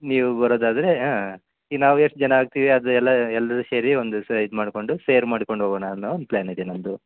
ನೀವು ಬರೋದಾದರೆ ಹಾಂ ಇಲ್ಲಿ ನಾವು ಎಷ್ಟು ಜನ ಆಗ್ತೀವಿ ಅದು ಎಲ್ಲ ಎಲ್ಲರು ಸೇರಿ ಒಂದು ದಿವಸ ಇದು ಮಾಡಿಕೊಂಡು ಸೇರ್ ಮಾಡ್ಕೊಂಡು ಹೋಗೋಣ ಅನ್ನೋ ಒಂದು ಪ್ಲ್ಯಾನ್ ಇದೆ ನನ್ನದು